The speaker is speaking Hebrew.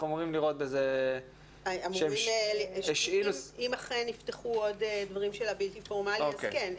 אמורים לראות בזה --- אם אכן יפתחו עוד דברים של הבלתי פורמלי אז כן.